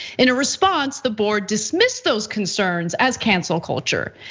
in a response, the board dismissed those concerns as cancel culture.